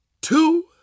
two